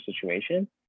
situation